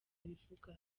abivuga